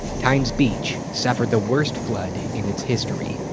times beach suffered the worst flood in its history.